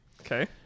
Okay